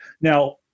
Now